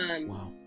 Wow